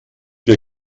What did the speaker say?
wir